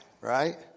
right